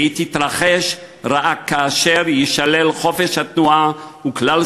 והיא תתרחש רק כאשר יישללו חופש התנועה וכלל